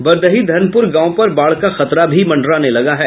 बर्दही धर्मपुर गांव पर बाढ़ का खतरा मंडराने लगा है